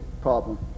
problem